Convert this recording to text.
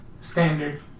Standard